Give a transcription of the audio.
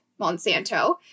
Monsanto